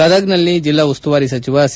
ಗದಗ್ನಲ್ಲಿ ಜೆಲ್ಲಾ ಉಸ್ತುವಾರಿ ಸಚಿವ ಸಿ